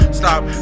stop